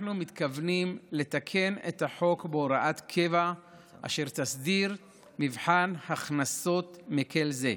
אנחנו מתכוונים לתקן את החוק בהוראת קבע אשר תסדיר מבחן הכנסות מקל זה.